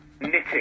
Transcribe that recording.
knitting